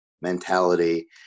mentality